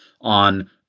on